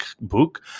book